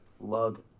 Lug